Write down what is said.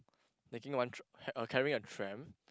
taking one tr~ uh carrying a tram